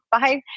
five